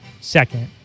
second